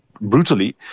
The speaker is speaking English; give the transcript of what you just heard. brutally